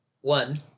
One